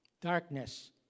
Darkness